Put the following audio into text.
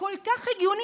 כל כך הגיוני?